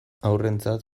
haurrentzat